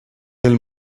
del